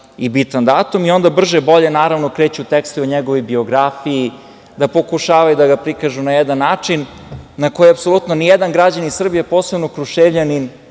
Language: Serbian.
i bitan datum, i onda brže-bolje kreću tekstovi o njegovoj biografiji, pokušavaju da ga prikažu na jedan način u koji apsolutno ni jedan građanin Srbije, posebno Kruševljanin,